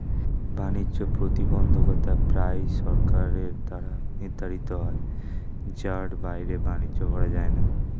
বাণিজ্য প্রতিবন্ধকতা প্রায়ই সরকার দ্বারা নির্ধারিত হয় যার বাইরে বাণিজ্য করা যায় না